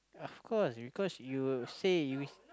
of course because you say you